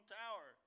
tower